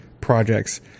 projects